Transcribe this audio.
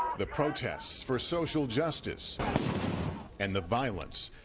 the protests for social justice and the violence,